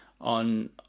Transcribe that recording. on